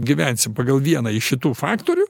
gyvensim pagal vieną iš šitų faktorių